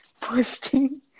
posting